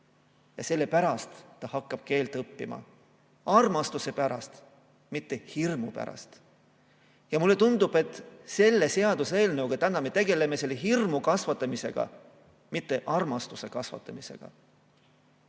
ja sellepärast ta hakkab keelt õppima. Armastuse pärast, mitte hirmu pärast. Mulle tundub, et selle seaduseelnõuga me tegeleme hirmu kasvatamisega, mitte armastuse kasvatamisega. Ma